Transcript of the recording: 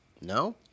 No